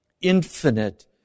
infinite